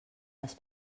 les